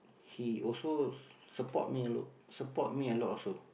he also support me a lot support me a lot also